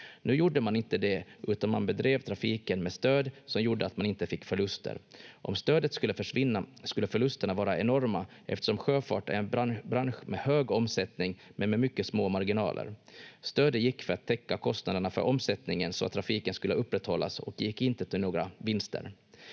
Nu gjorde man inte det, utan man bedrev trafiken med stöd som gjorde att man inte fick förluster. Om stödet skulle försvinna skulle förlusterna vara enorma, eftersom sjöfart är en bransch med hög omsättning men med mycket små marginaler. Stödet gick till att täcka kostnaderna för omsättningen så att trafiken skulle upprätthållas och gick inte till några vinster.